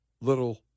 little